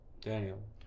Daniel